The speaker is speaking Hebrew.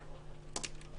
פתוחים.